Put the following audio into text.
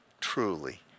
truly